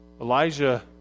Elijah